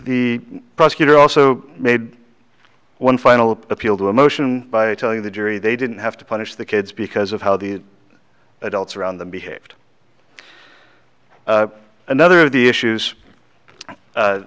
the prosecutor also made one final appeal to emotion by telling the jury they didn't have to punish the kids because of how the adults around them behaved another of the issues